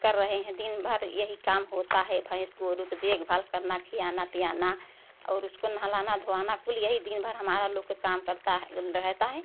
कर रहे हैं दिन भर यही काम होता है भैंस गोरू के देखभाल करना खियाना पियाना और उसको नहलाना धोवाना कुल यही दिन भर हमारा लोग का काम करता रहता है